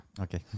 okay